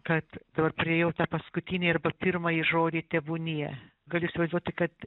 kad dabar priėjau tą paskutinį arba pirmąjį žodį tebūnie galiu įsivaizduoti kad